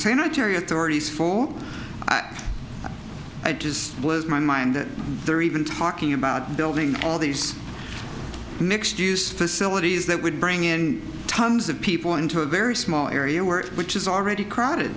sanitary authorities for i just blows my mind that they're even talking about building all these mixed use facilities that would bring in tons of people into a very small area where which is already crowded